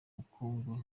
bukungu